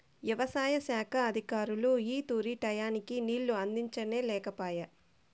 యవసాయ శాఖ అధికారులు ఈ తూరి టైయ్యానికి నీళ్ళు అందించనే లేకపాయె